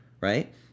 right